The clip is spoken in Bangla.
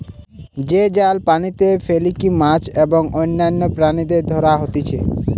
যে জাল পানিতে ফেলিকি মাছ এবং অন্যান্য প্রাণীদের ধরা হতিছে